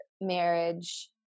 marriage